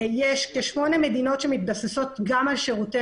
יש כשמונה מדינות שמתבססות גם על שירותי